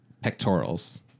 pectorals